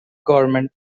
gourmet